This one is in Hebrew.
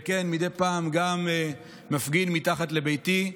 וכן מדי פעם גם מפגין מתחת לביתי,